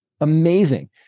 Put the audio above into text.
Amazing